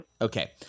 Okay